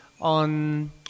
on